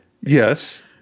Yes